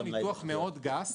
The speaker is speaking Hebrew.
יש פה ניתוח מאוד גס.